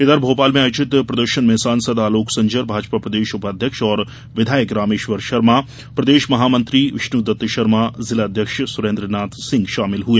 इधर भोपाल में आयोजित प्रदर्शन में सांसद आलोक संजर भाजपा प्रदेश उपाध्यक्ष और विधायक रामेश्वर शर्मा प्रदेश महामंत्री विष्णुदत्त शर्मा जिला अध्यक्ष सुरेन्द्रनाथ सिंह शामिल हुए